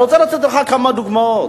אני רוצה לתת לך כמה דוגמאות.